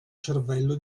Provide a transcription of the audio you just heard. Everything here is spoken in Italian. cervello